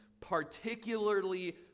particularly